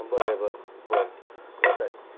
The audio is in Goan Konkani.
बरें बरें बरें येता येता